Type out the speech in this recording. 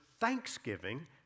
thanksgiving